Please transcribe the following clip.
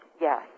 Yes